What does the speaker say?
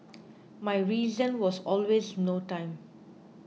my reason was always no time